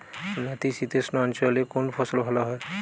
নাতিশীতোষ্ণ অঞ্চলে কোন ফসল ভালো হয়?